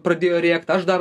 pradėjo rėkt aš dar